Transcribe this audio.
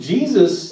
Jesus